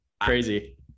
crazy